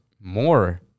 more